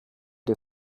dir